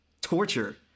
torture